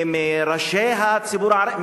מראשי הציבור הערבי,